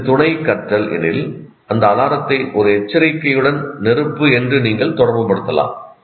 இது துணை கற்றல் எனில் அந்த அலாரத்தை ஒரு எச்சரிக்கையுடன் 'நெருப்பு' என்று நீங்கள் தொடர்புபடுத்தலாம்